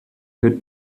could